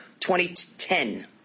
2010